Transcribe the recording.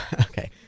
okay